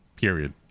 period